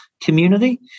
community